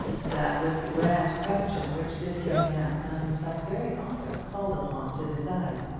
that was the grand question which this young man found himself very often called upon to decide.